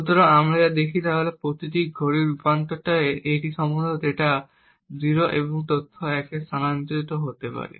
সুতরাং আমরা যা দেখি তা হল প্রতিটি ঘড়ির রূপান্তর টাই এটি সম্ভবত ডেটা 0 এবং তথ্য 1 স্থানান্তর হতে পারে